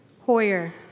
Hoyer